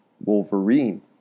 Wolverine